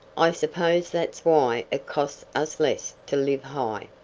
i suppose that's why it costs us less to live high.